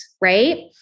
right